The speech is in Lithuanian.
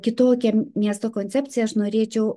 kitokią miesto koncepciją aš norėčiau